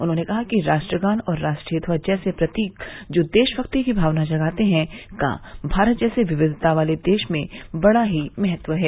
उन्होंने कहा कि राष्ट्रगान और राष्ट्रीय ध्वज जैसे प्रतीक जो देशभक्ति की भावना जगाते हैं का भारत जैसे विविधता वाले देश में बड़ा ही महत्व है